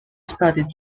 studied